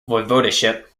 voivodeship